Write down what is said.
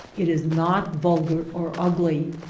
it is not vulgar or ugly.